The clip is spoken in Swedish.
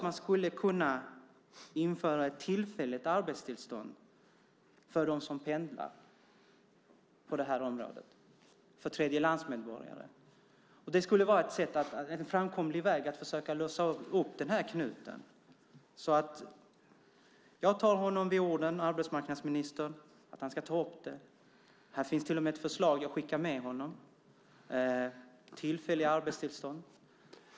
Man skulle kunna införa ett tillfälligt arbetstillstånd för de tredjelandsmedborgare som pendlar i det här området. Det skulle kunna vara en framkomlig väg för att försöka lösa upp knuten. Jag tar därför arbetsmarknadsministern på orden när han säger att han ska ta upp frågan. Jag skickar med ett förslag om tillfälliga arbetstillstånd.